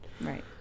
right